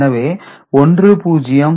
எனவே 1010